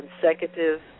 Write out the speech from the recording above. consecutive